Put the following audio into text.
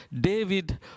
David